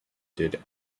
did